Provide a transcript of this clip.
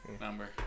number